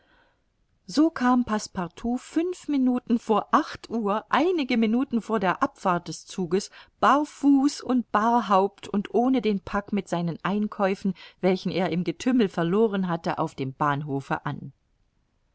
so kam passepartout fünf minuten vor acht uhr einige minuten vor der abfahrt des zuges barfuß und barhaupt und ohne den pack mit seinen einkäufen welchen er im getümmel verloren hatte auf dem bahnhofe an